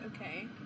okay